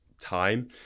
time